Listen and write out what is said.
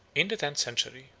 in the tenth century,